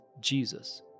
Jesus